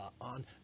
on